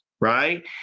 right